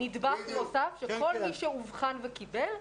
-- זה נדבך נוסף, שכל מי שאובחן וקיבל.